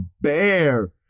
Bear